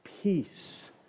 peace